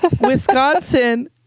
Wisconsin